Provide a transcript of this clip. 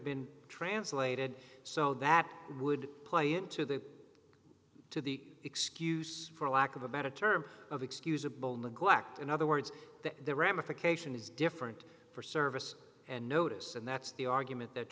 been translated so that would play into the to the excuse for lack of a better term of excusable neglect in other words that the ramification is different for service and notice and that's the argument that